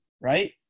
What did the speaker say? right